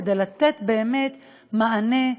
כדי לתת באמת מענה.